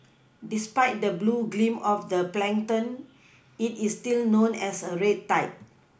despite the blue gleam of the plankton it is still known as a red tide